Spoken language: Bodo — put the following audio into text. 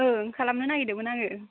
ओं खालामनो नागिरदोंमोन आङो